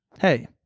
hey